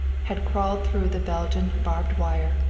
had crawled through the belgian barbed wire,